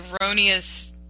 erroneous